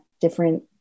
different